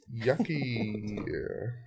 yucky